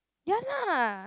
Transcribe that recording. ya lah